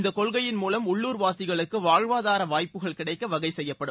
இந்த கொள்கையின் மூலம் உள்ளுர்வாசிகளுக்கு வாழ்வாதார வாய்ப்புகள் கிடைக்க வகைசெய்யப்படும்